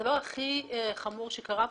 הדבר הכי חמור שקרה פה,